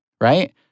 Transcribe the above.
right